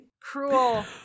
Cruel